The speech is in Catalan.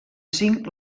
cinc